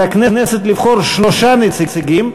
על הכנסת לבחור שלושה נציגים,